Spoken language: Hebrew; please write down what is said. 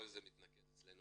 כל זה מתנקז אצלנו